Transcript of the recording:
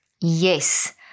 Yes